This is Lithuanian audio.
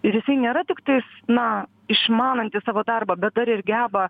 ir jis nėra tiktais na išmanantis savo darbą bet dar ir geba